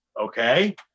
okay